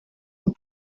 und